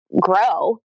grow